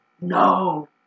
No